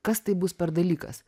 kas tai bus per dalykas